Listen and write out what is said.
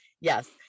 Yes